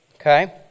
Okay